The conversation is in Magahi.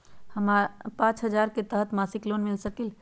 पाँच हजार के तहत मासिक लोन मिल सकील?